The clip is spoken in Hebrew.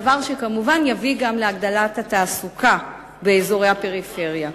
דבר שכמובן יביא גם להגדלת התעסוקה באזורי הפריפריה.